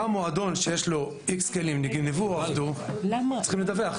גם מועדון שיש לו X כלים שנגנבו או אבדו - צריכים לדווח.